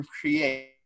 create